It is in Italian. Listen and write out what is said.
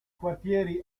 quartieri